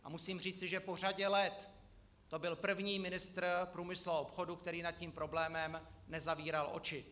A musím říci, že po řadě let to byl první ministr průmyslu a obchodu, který nad tím problémem nezavíral oči.